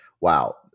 wow